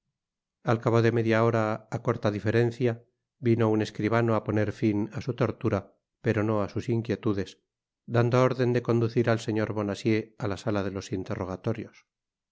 al cabo de media hora á corta diferencia vino un escribano á poner fin á su tortura pero no á sus inquietudes dando órden de conducir al señor bonacieux á la sala de los interrogatorios